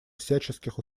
всяческих